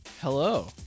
hello